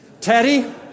Teddy